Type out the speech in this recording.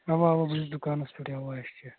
اَوا اَوا بہٕ چھُس دُکانَس پٮ۪ٹھٕے اوا اَسہِ چھِ